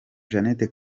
jeannette